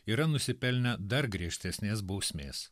yra nusipelnę dar griežtesnės bausmės